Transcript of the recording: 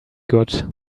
good